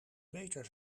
beter